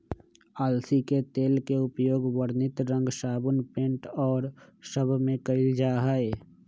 अलसी के तेल के उपयोग वर्णित रंग साबुन पेंट और सब में कइल जाहई